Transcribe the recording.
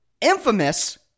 infamous